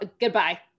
goodbye